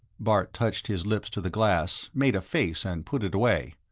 bart touched his lips to the glass, made a face and put it away.